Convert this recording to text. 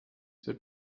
wird